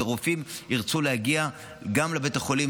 ורופאים ירצו להגיע גם לבתי חולים